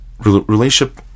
Relationship